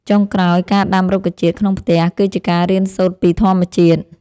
ចុងក្រោយ ការដាំរុក្ខជាតិក្នុងផ្ទះគឺជាការរៀនសូត្រពីធម្មជាតិ។